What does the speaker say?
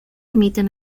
emiten